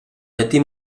llatí